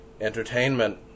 entertainment